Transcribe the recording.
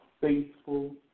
faithful